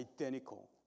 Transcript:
identical